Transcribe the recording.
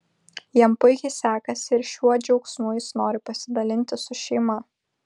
jam puikiai sekasi ir šiuo džiaugsmu jis nori pasidalinti su šeima